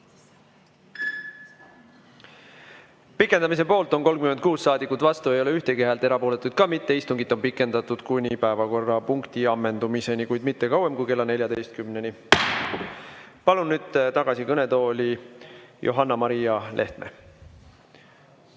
Pikendamise poolt on 36 saadikut, vastu ei ole ühtegi häält, erapooletuid ka mitte. Istungit on pikendatud kuni päevakorrapunkti ammendumiseni, kuid mitte kauem kui kella 14-ni. Palun nüüd tagasi kõnetooli Johanna-Maria Lehtme.